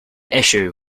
issue